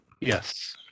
Yes